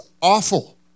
awful